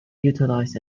utilize